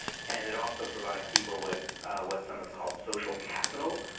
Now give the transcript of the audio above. and it also provides people with what some have called social capital,